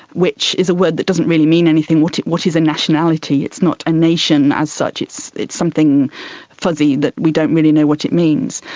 which is a word that doesn't really mean anything. what what is a nationality? it's not a nation as such, it's it's something fuzzy that we don't really know what it means.